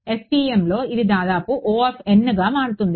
FEMలో ఇది దాదాపు గా మారుతుంది